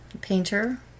painter